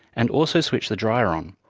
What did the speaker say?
and also switch the dryer on.